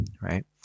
right